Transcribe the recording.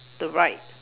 the ride